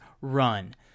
run